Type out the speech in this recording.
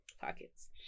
pockets